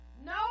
No